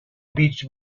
beach